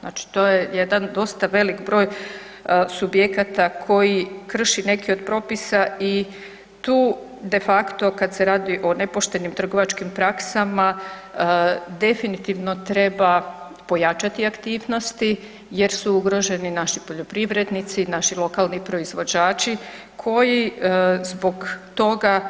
Znači to je jedan dosta velik broj subjekata koji krši neki od propisa i tu de facto kad se radi o nepoštenim trgovačkim praksama definitivno treba pojačati aktivnosti jer su ugroženi naši poljoprivrednici, naši lokalni proizvođači koji zbog toga